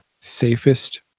safest